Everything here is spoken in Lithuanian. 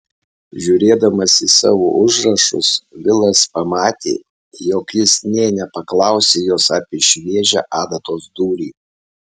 žiūrėdamas į savo užrašus vilas pamatė jog jis nė nepaklausė jos apie šviežią adatos dūrį